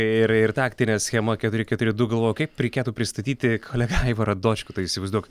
ir ir taktinė schema keturi keturi du galvojau kaip reikėtų pristatyti aivarą dočkų tai įsivaizduok